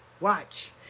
Watch